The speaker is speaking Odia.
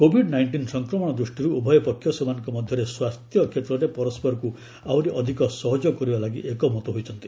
କୋଭିଡ୍ ନାଇଷ୍ଟିନ୍ ସଂକ୍ରମଣ ଦୃଷ୍ଟିରୁ ଉଭୟ ପକ୍ଷ ସେମାନଙ୍କ ମଧ୍ୟରେ ସ୍ୱାସ୍ଥ୍ୟକ୍ଷେତ୍ରରେ ପରସ୍କରକୁ ଆହୁରି ଅଧିକ ସହଯୋଗ କରିବା ଲାଗି ଏକମତ ହୋଇଛନ୍ତି